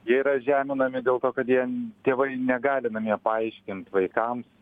jie yra žeminami dėl to kad jie tėvai negali namie paaiškint vaikams